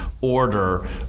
order